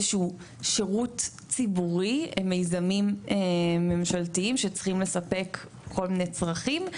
שהוא שירות ציבורי למיזמים ממשלתיים שצריכים לספק כל מיני צרכים.